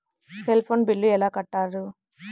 Cell phone bill ఎలా కట్టారు?